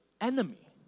enemy